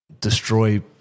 destroy